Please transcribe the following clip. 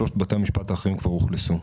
שלושת בתי המשפט האחרים כבר אוכלסו.